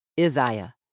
Isaiah